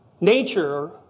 Nature